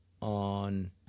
on